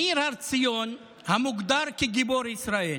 מאיר הר-ציון, המוגדר כגיבור ישראל,